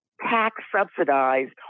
tax-subsidized